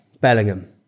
Bellingham